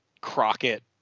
Crockett